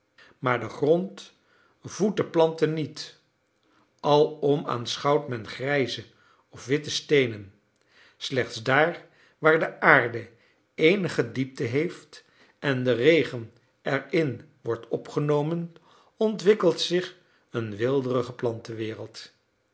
maar de grond voedt de planten niet alom aanschouwt men grijze of witte steenen slechts daar waar de aarde eenige diepte heeft en de regen erin wordt opgenomen ontwikkelt zich een weelderige plantenwereld